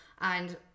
and-